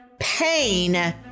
Pain